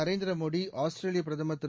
Narendra Modi Australia பிரதமர் திரு